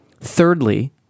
thirdly